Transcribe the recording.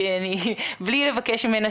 בלי לבקש אותה,